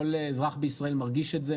כל אזרח בישראל מרגיש את זה,